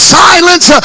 silence